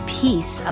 peace